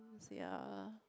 ya